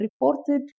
reported